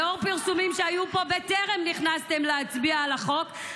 לאור פרסומים שהיו פה בטרם נכנסתם להצביע על החוק,